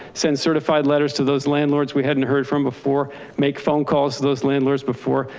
send certified letters to those landlords. we hadn't heard from before make phone calls to those landlords before,